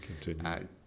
continue